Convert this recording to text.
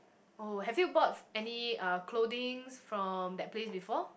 oh have you bought any uh clothings from that place before